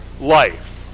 life